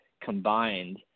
combined